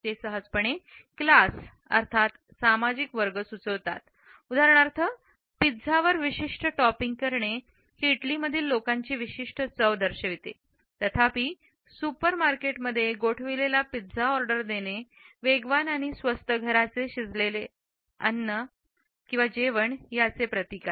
ते सहजपणे क्लास अर्थात सामाजिक वर्ग सुचवतात उदाहरणार्थ पिझ्झावर विशिष्ट टॉपिंग करणे ही इटली मधील लोकांची विशिष्ट चव दर्शवते तथापि सुपरमार्केटमध्ये गोठविलेला पिझ्झा ऑर्डर देणे वेगवान आणि स्वस्त घराचे शिजवलेले जेवण याचे प्रतीक आहे